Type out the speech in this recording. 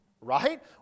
right